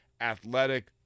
athletic